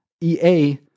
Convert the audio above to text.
EA